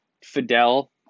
Fidel